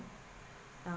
uh~